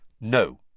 No